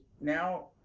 now